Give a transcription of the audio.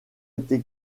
été